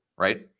right